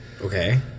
Okay